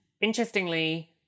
Interestingly